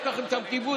יש לכם שם כיבוד,